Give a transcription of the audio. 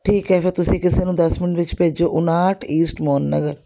ਠੀਕ ਹੈ ਫਿਰ ਤੁਸੀਂ ਕਿਸੇ ਨੂੰ ਦਸ ਮਿੰਟ ਵਿੱਚ ਭੇਜੋ ਉਣਾਹਠ ਈਸਟਮੋਨ ਨਗਰ